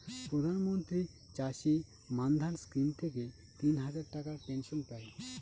প্রধান মন্ত্রী চাষী মান্ধান স্কিম থেকে তিন হাজার টাকার পেনশন পাই